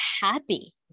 happy